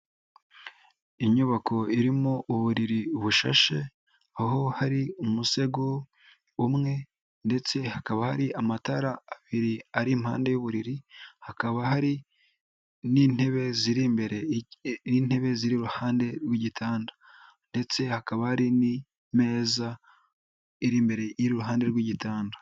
Inyubako irimo uburiri bushashe, aho hari umusego umwe ndetse hakaba hari amatara abiri ari impande y'uburiri, hakaba hari n'intebe ziri imbere, n'intebe ziri iruhande rw'igitanda ndetse hakaba hari n'ameza iri imbere iruhande rw'igitanda.